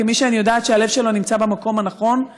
כמי שאני יודעת שהלב שלו נמצא במקום הנכון,